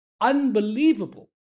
unbelievable